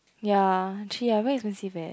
ya three ah very expensive eh